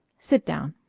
sit down.